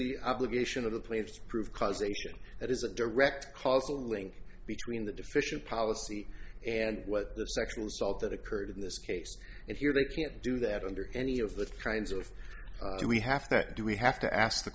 the obligation of the planes to prove causation that is a direct causal link between the deficient policy and what the sexual assault that occurred in this case and here they can't do that under any of the kinds of we have to do we have to ask the